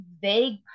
vague